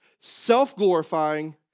self-glorifying